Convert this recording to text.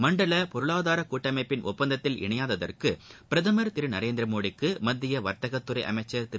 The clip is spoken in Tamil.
மண்டல பொருளாதார கூட்டமைப்பின் ஒப்பந்தத்தில் இணையாததற்கு திரு நரேந்திரமோடிக்கு மத்திய வர்த்தக துறை அமைச்சா் திரு